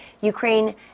Ukraine